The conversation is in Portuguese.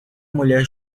mulher